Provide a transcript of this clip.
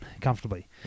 comfortably